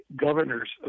Governors